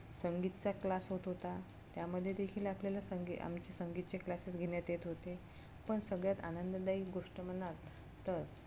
संगीताचा क्लास होत होता त्यामध्ये देखील आपल्याला संगी आमचे संगीताचे क्लासेस घेण्यात येत होते पण सगळ्यात आनंददायक गोष्ट म्हणाल तर